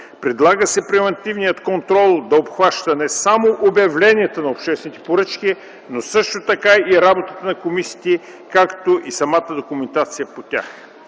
Предлага се превантивният контрол да обхваща не само обявленията на обществените поръчки, но също така и работата на комисиите, както и самата документация по тях.